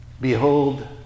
Behold